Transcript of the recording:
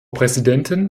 präsidentin